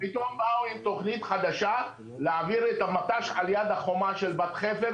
פתאום באו עם תכנית חדשה להעביר את המט"ש על יד החומה של בת חפר,